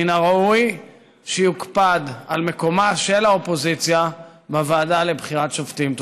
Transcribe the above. מן הראוי שיוקפד על מקומה של האופוזיציה בוועדה לבחירת שופטים.